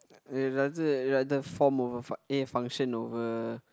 eh rather rather form over func~ eh function over